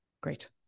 Great